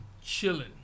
chilling